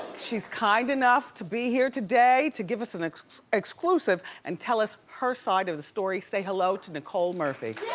she's kind of enough to be here today to give us an exclusive and tell us her side of the story. say hello to nicole murphy.